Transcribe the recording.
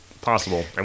possible